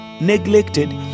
neglected